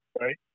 Right